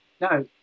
No